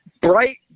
bright